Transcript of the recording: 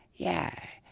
yeah,